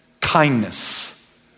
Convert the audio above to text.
kindness